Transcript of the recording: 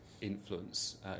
influence